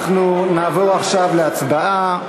נעבור עכשיו להצבעה.